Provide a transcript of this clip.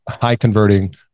high-converting